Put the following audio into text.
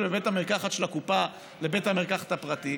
בבית המרקחת של הקופה למחיר בבית המרקחת הפרטי,